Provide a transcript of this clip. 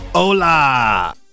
Hola